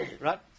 right